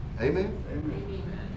Amen